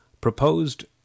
proposed